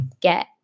get